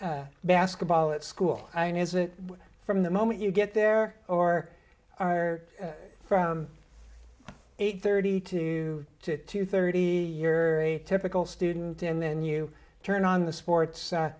basketball at school i mean is it from the moment you get there or are from eight thirty two to thirty year typical student and then you turn on the sports